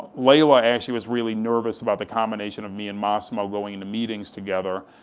lella actually was really nervous about the combination of me and massimo going to meetings together.